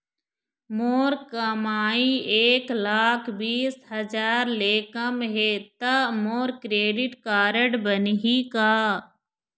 मोर कमाई एक लाख बीस हजार ले कम हे त मोर क्रेडिट कारड बनही का?